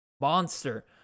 monster